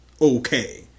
okay